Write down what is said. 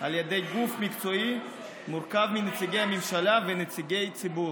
על ידי גוף מקצועי המורכב מנציגי הממשלה ונציגי הציבור.